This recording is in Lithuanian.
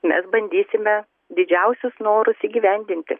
mes bandysime didžiausius norus įgyvendinti